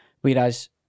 whereas